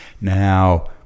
Now